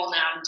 now